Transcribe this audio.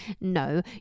no